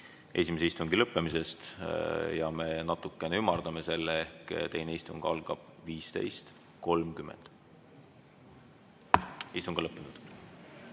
esimese istungi lõppemisest. Me natukene ümardame selle ehk teine istung algab 15.30. Istung on lõppenud.